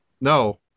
No